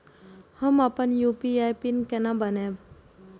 हम अपन UPI PIN केना बनैब?